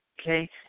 okay